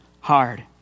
hard